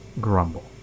grumble